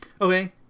Okay